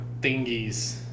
thingies